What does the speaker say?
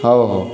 ହେଉ ହେଉ